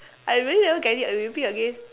I really never get it you repeat again